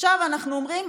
עכשיו אנחנו אומרים,